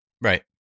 Right